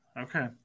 okay